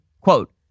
quote